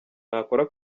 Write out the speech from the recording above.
ntakora